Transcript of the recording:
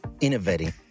innovating